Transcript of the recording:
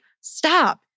stop